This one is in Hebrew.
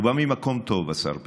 הוא בא ממקום טוב, השר פרץ.